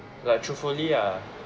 like truthfully ah